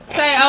say